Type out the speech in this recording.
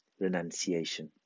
renunciation